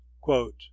quote